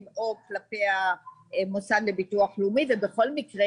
או כלפי המוסד לביטוח לאומי ובכל מקרה,